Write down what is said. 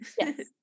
yes